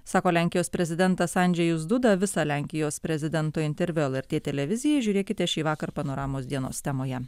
sako lenkijos prezidentas andžejus duda visą lenkijos prezidento interviu lrt televizijai žiūrėkite šįvakar panoramos dienos temoje